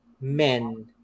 men